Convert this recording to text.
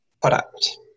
product